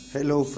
Hello